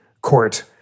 court